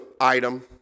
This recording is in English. item